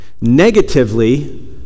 Negatively